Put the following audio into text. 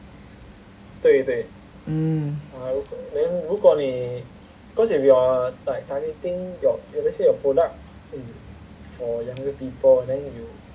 mm